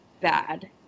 bad